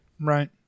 right